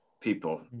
People